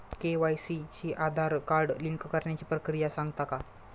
KYC शी Aadhaar card link करण्याची प्रक्रिया सांगता का?